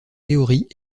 théories